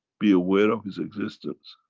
be aware of his existence.